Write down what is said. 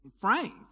frank